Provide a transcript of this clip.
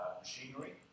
machinery